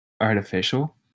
artificial